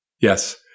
Yes